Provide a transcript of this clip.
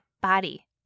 body